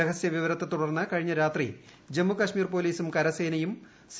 രഹസ്യവിവരത്തെ തുടർന്ന് കഴിഞ്ഞ രാത്രി ജമ്മുകശ്മീർ പൊലീസും കരസേനയും സി